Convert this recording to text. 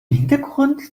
hintergrund